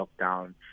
lockdown